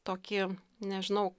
tokį nežinau